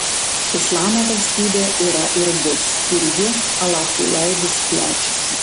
islamo valstybė yra ir bus ir ji alachui leidus plečiasi